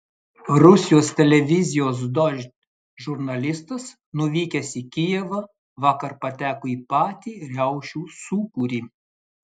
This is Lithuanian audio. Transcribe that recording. rusijos televizijos dožd žurnalistas nuvykęs į kijevą vakar pateko į patį riaušių sūkurį